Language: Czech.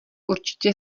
určitě